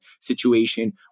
situation